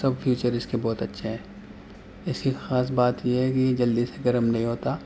سب feature اس کے بہت اچھے ہیں اس کی خاص بات یہ ہے کہ یہ جلدی سے گرم نہیں ہوتا